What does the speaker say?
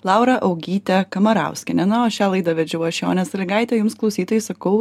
laura augyte kamarauskiene na o šią laidą vedžiau aš jonė salygaitė jums klausytojai sakau